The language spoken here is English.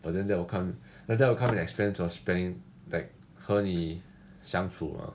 but then that will come like that will come at the expense of spending like 和你相处啊